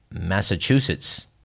Massachusetts